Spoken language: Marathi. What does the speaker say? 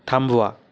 थांबवा